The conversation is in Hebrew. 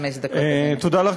חמש דקות, אדוני.